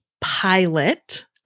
pilot